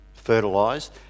fertilised